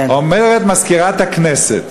אומרת מזכירת הכנסת